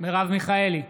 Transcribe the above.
מרב מיכאלי,